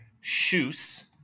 Shoes